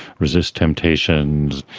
resist temptations,